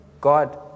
God